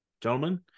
gentlemen